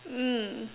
mm